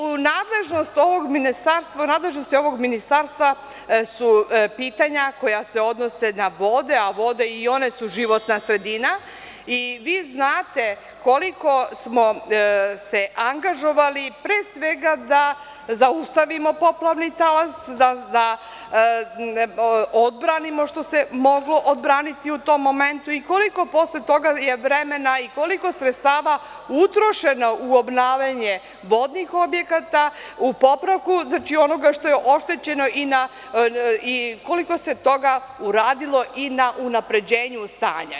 U nadležnosti ovog ministarstva su pitanja koja se odnose na vode, a vode su životna sredina, i vi znate koliko smo se angažovali pre svega da zaustavimo poplavni talas, da odbranimo što se moglo odbraniti u tom momentu i koliko je posle toga vremena i sredstava utrošeno u obnavljanje vodnih objekata, u popravku onoga što je oštećeno i koliko se toga uradilo i na unapređenju stanja.